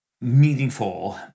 meaningful